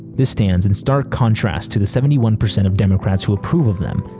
this stands in stark contrast to the seventy one percent of democrats who approve of them.